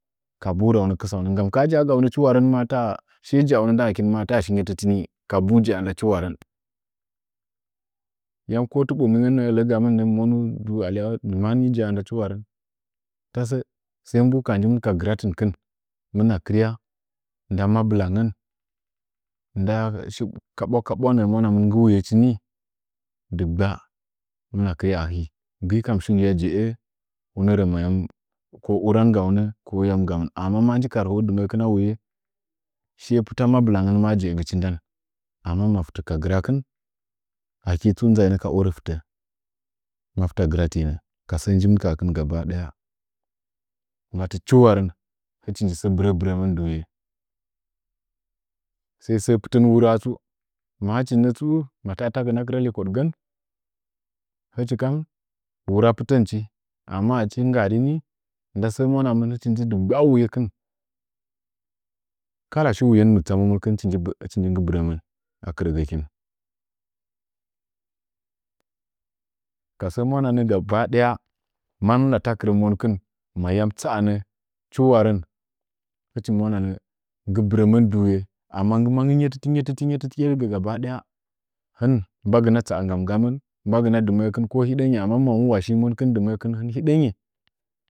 Kabu raunə kɨsaunəm nggam ka ha ja’agauna chivarən maa hɨkin ma taɗa nggɨ ngyətələ ni, ka bu jaana chiwarən, yam ko ti ɓomingən nəə dəgamirna mɨ mony du alya dima ni jaaunə nda chiwarən lase sai mbu kaha njimin ka giratinkin hɨmɨna krya in da mabilangən nda shi kaɓwa kaɓwa nəə mwanima nggɨ wujechi ni dɨgbəa hɨmina kiya a hi, gɨikam shigɨya je’a huna rə mayam ko urangaunə, lo yam gamin amma maa nyi ka rəhoə dinəəkɨna wuye shiye pɨta mabilangən ma jeəgikin ndan, amma ma fɨtə ka girakɨn achi tsu ugainə dɨ orə fɨtə, fɨtə gratinə gabadaya, mati chinarən hichi njo sə bɨrəbɨrəmən dɨwuyə sai səə pɨtən wuraa tsu, ma hɨchinnə tsu ma tada tagɨna kɨrə lekodgən, hichi dɨ wara pitənchi amma achi nggam nda sə muwananmin dɨgba’a wuyənkin kala səwuyechi hichi mɨ tsamen hichi nyi nggɨbɨrəmən akɨrəgəkɨn, kasər muvanamin gabadaya mamina takira monkin mayen tsa’amin chɨwarən hɨchi muwaranə nggɨ bɨrəmən duye amma nggɨ ngyeta ngyeta ngyetə tiye dɨ gabadaya him mbagina tsaa nggam ngganəən, mbagɨna diməəkin ko hidənyyi.